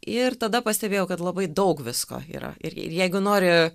ir tada pastebėjau kad labai daug visko yra ir jeigu nori